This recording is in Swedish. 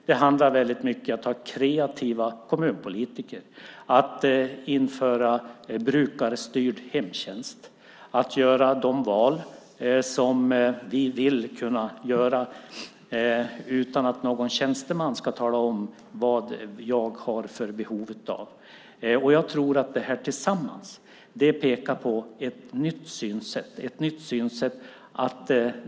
Det handlar väldigt mycket om att ha kreativa kommunpolitiker, att införa brukarstyrd hemtjänst och vi ska kunna göra de val som vi vill kunna göra utan att någon tjänsteman ska tala om vad vi har för behov. Jag tror att detta tillsammans pekar på ett nytt synsätt.